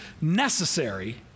necessary